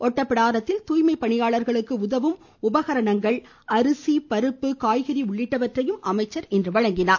ஒட்டபிடாரத்தில் தூய்மை பணியாளர்களுக்கு உதவும் உபகரணங்கள் அரிசி பருப்பு காய்கறி உள்ளிட்டவற்றை அமைச்சர் இன்று வழங்கினார்